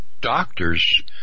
doctors